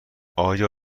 آیا